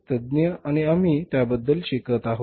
तज्ञ आणि आम्ही त्याबद्दल शिकत आहोत